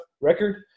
record